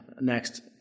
next